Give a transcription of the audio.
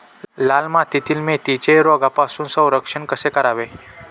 लाल मातीतील मेथीचे रोगापासून संरक्षण कसे करावे?